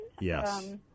Yes